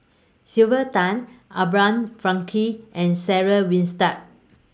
Sylvia Tan Abraham Frankel and Sarah Winstedt